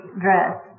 dress